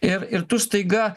ir ir tu staiga